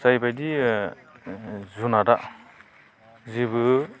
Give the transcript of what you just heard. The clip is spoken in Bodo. जायबायदि जुनारा जेबो